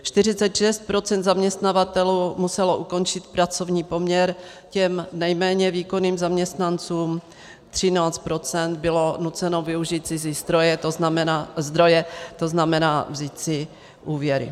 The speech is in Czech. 46 % zaměstnavatelů muselo ukončit pracovní poměr těm nejméně výkonným zaměstnancům, 13 % bylo nuceno využít cizí zdroje, to znamená vzít si úvěry.